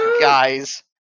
guys